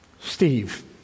Steve